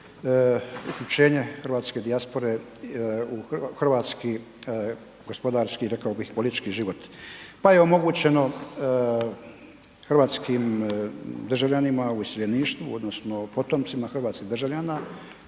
uključenja hrvatske dijaspore u hrvatski, gospodarski i rekao bi politički život pa je omogućeno hrvatskim državljanima u iseljeništvu odnosno potomcima hrvatskih državljana